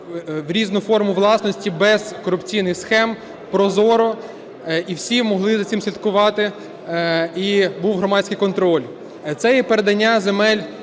в різну форму власності без корупційних схем, прозоро і всі могли за цим слідкувати, і був громадський контроль. Це і передання земель